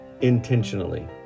intentionally